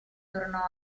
tornò